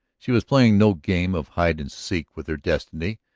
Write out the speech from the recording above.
she was playing no game of hide-and-seek with her destiny,